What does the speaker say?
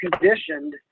conditioned